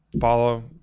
follow